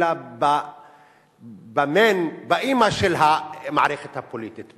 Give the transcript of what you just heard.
אלא באמא של המערכת הפוליטית,